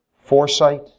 foresight